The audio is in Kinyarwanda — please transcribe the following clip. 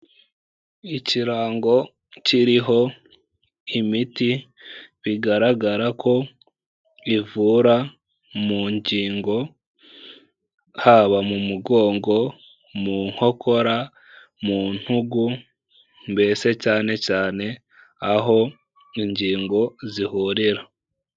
Ikirango kiriho imiti, bigaragara ko ivura mu ngingo, haba mu mugongo, mu nkokora, mu ntugu mbese cyane cyane aho ingingo zihurira.